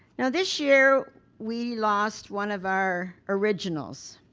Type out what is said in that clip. now this year we lost one of our originals,